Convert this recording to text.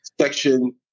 section